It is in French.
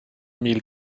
mille